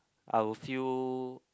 I would feel